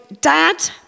dad